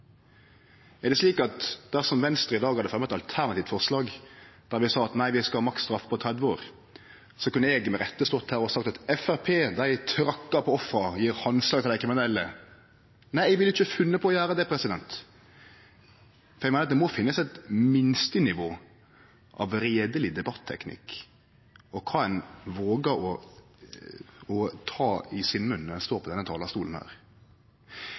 Er det slik at dersom Venstre i dag hadde fremja eit alternativt forslag, der vi sa at vi skal ha maksstraff på 30 år, kunne eg med rette stått her og sagt at Framstegspartiet trakkar på ofra og gjev handslag til dei kriminelle? Nei, eg ville ikkje funne på å gjere det, for eg meiner at det må finnast eit minstenivå av redeleg debatteknikk og kva ein vågar å ta i sin munn, når ein står på denne talarstolen.